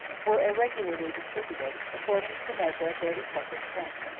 were irregularly distributed, according to the measure of their respective strength.